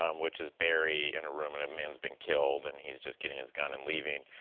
um which is barry in a room and a man's been killed, and he's just getting his gun and leaving.